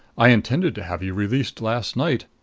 i intended to have you released last night.